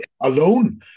alone